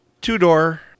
Two-door